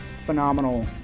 phenomenal